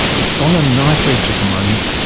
it is on a knife edge at the moment.